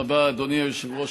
תודה רבה, אדוני היושב-ראש.